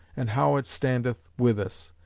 and how it standeth with us.